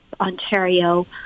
Ontario